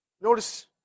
Notice